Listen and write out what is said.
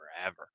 forever